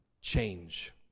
change